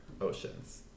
oceans